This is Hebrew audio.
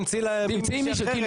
תמצאי לה מישהי אחרת,